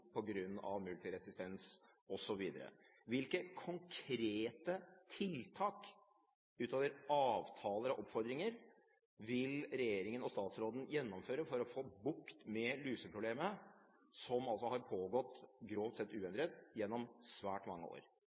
multiresistens osv. Hvilke konkrete tiltak utover avtaler og oppfordringer vil regjeringen og statsråden gjennomføre for å få bukt med luseproblemet, som altså grovt sett har pågått uendret gjennom svært mange år?